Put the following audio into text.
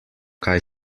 kaj